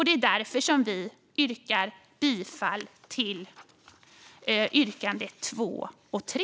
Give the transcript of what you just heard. Det är därför vi yrkar bifall till utskottets förslag under punkterna 2 och 3.